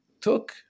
took